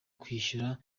kwishyura